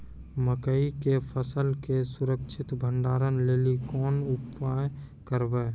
मकई के फसल के सुरक्षित भंडारण लेली कोंन उपाय करबै?